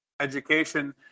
Education